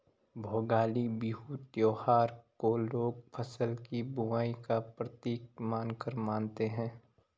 भोगाली बिहू त्योहार को लोग फ़सल की बुबाई का प्रतीक मानकर मानते हैं